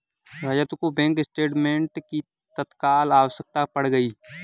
रजत को bank statement की तत्काल आवश्यकता पड़ गई है